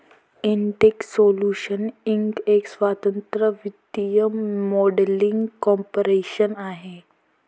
Intex Solutions Inc एक स्वतंत्र वित्तीय मॉडेलिंग कॉर्पोरेशन आहे